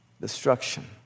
destruction